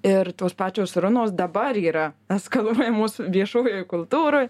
ir tos pačios runos dabar yra eskaluojamos viešojoj kultūroj